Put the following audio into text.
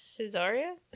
Caesarea